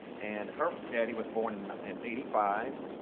and her daddy was born in and eighty five.